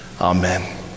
Amen